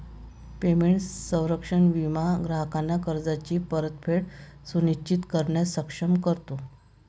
payment संरक्षण विमा ग्राहकांना कर्जाची परतफेड सुनिश्चित करण्यास सक्षम करतो